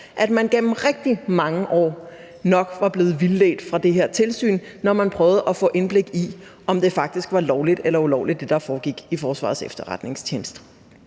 at man gennem rigtig mange år nok var blevet vildledt i det her tilsyn, når man prøvede at få indblik i, om det, der foregik i Forsvarets Efterretningstjeneste,